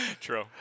True